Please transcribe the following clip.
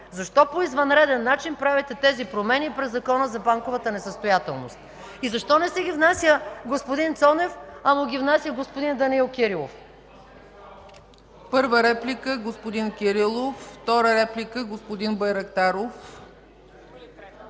Защо по извънреден начин правите тези промени през Закона за банковата несъстоятелност? И защо не си ги внася господин Цонев, а му ги внася господин Данаил Кирилов? ПРЕДСЕДАТЕЛ ЦЕЦКА ЦАЧЕВА: Първа реплика – господин Кирилов. Втора реплика – господин Байрактаров.